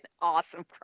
awesome